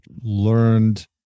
learned